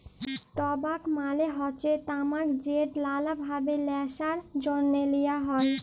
টবাক মালে হচ্যে তামাক যেট লালা ভাবে ল্যাশার জ্যনহে লিয়া হ্যয়